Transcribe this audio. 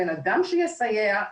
אדם שיסייע,